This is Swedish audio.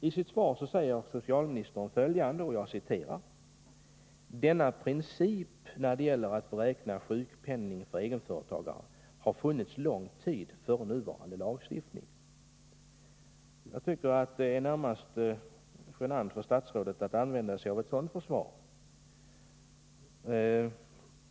I sitt svar säger socialministern följande: ”Denna princip när det gäller att beräkna sjukpenningen för egenföretagare har funnits lång tid före nuvarande lagstiftning.” Jag tycker det är närmast genant för statsrådet att använda sig av ett sådant försvar.